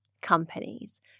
companies